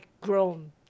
grown